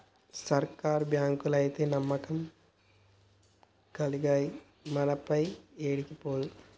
సర్కారు బాంకులైతే నమ్మకం గల్లయి, మన పైస ఏడికి పోదు